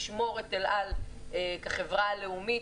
לשמור את אל על כחברה לאומית,